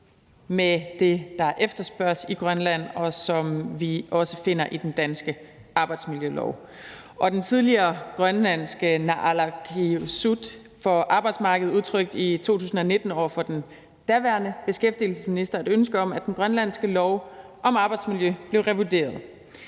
med det, der efterspørges i Grønland, og som vi også finder i den danske arbejdsmiljølov. Og den tidligere grønlandske naalakkersuisut udtrykte i 2019 over for den daværende beskæftigelsesminister et ønske om, at den grønlandske lov om arbejdsmiljø blev revideret.